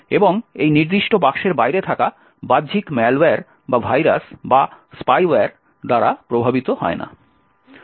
এবং এই নির্দিষ্ট বাক্সের বাইরে থাকা বাহ্যিক ম্যালওয়্যার বা ভাইরাস বা স্পাইওয়্যার দ্বারা প্রভাবিত হয় না